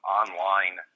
online